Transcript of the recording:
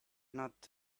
not